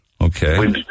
Okay